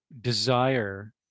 desire